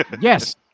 Yes